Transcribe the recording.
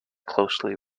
closely